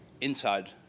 inside